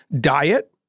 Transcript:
Diet